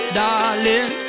darling